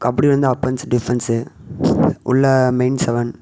கபடி வந்து offence defence உள்ள main seven